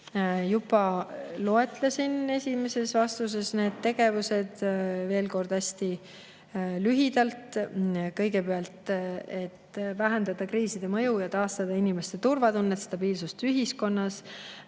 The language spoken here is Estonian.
juba loetlesin esimeses vastuses need tegevused. Veel kord hästi lühidalt. Kõigepealt, et vähendada kriiside mõju ja taastada inimeste turvatunnet ning stabiilsust ühiskonnas,